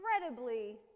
incredibly